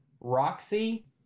roxy